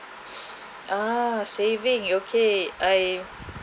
uh saving okay I